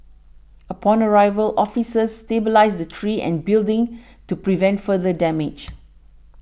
upon arrival officers stabilised the tree and building to prevent further damage